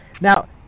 now